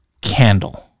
candle